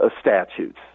statutes